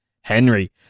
Henry